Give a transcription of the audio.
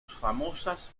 famosas